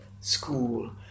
school